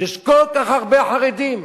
שיש כל כך הרבה חרדים.